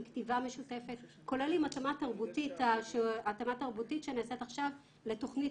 עם כתיבה משותפת כולל עם התאמה תרבותית שנעשית עכשיו לתוכנית